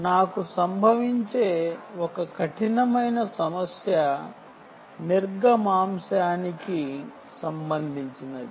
నాకు సంభవించే ఒక కఠినమైన సమస్య నిర్గమాంశానికి సంబంధించినది